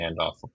handoff